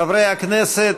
חברי הכנסת,